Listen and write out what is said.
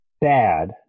bad